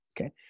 Okay